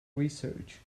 research